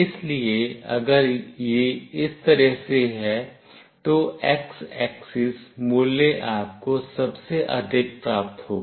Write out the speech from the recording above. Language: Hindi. इसलिए अगर यह इस तरह से है तो x axis मूल्य आपको सबसे अधिक प्राप्त होगा